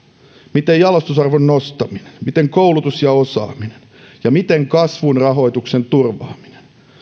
miten jalostusarvon nostaminen miten koulutus ja osaaminen ja miten kasvun rahoituksen turvaaminen